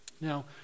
Now